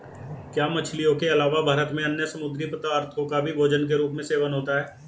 क्या मछलियों के अलावा भारत में अन्य समुद्री पदार्थों का भी भोजन के रूप में सेवन होता है?